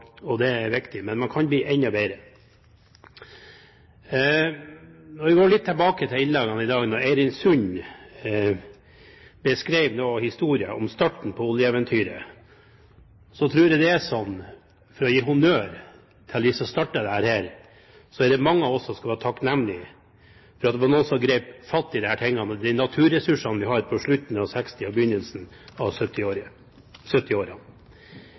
det er riktig. Men man kan bli enda bedre. Hvis vi ser litt på innleggene her i dag, så beskrev Eirin Sund historien om og starten på oljeeventyret, og jeg tror at det er sånn – for å gi honnør til dem som startet dette – at mange av oss skal være takknemlige for at det var noen som grep fatt i disse tingene og de naturressursene vi hadde på slutten av 1960-tallet og begynnelsen av